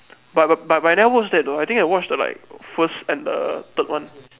but but but I never watch that though I think I watch the like first and the third one